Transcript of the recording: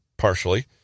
partially